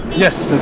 yes!